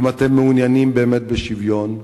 אם אתם מעוניינים באמת בשוויון,